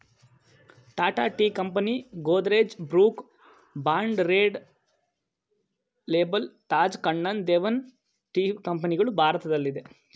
Tata tea company, Godrej, Brooke Bond Red Label, Taj Kannan Devan tea ಕಂಪನಿಗಳು ಭಾರತದಲ್ಲಿದೆ